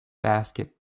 basket